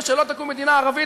ושלא תקום מדינה ערבית,